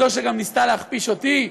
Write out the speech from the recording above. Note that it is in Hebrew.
זו שגם ניסתה להכפיש אותי,